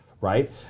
right